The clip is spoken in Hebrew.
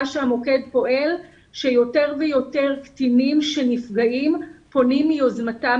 שהמוקד פועל שיותר ויותר קטינים שנפגעים פונים מיוזמתם